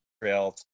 trail